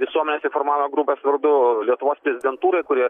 visuomonės informavimo grupės vardu lietuvos prezidentūrai kurie